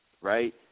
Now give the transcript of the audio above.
right